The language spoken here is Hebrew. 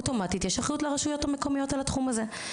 אז יש אחריות אוטומטית לרשויות המקומיות על התחום הזה.